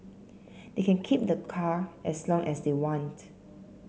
they can keep the car as long as they want